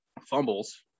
fumbles